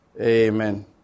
amen